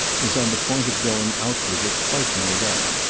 was on the point of going out with it quite made up.